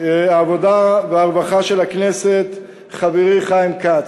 העבודה והרווחה של הכנסת, חברי חיים כץ.